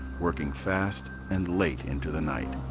working fast and late into the night.